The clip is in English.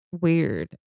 weird